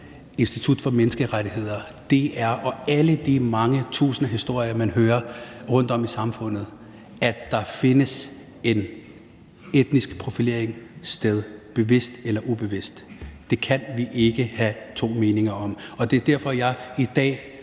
Institut for Menneskerettigheder og DR, og så er der også alle de mange tusinder af historier, man hører rundt om i samfundet – der har været ude at påpege, at der finder en etnisk profilering sted, bevidst eller ubevidst. Det kan vi ikke have to meninger om. Det er derfor, jeg i dag